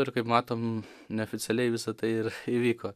ir kaip matom neoficialiai visa tai ir įvyko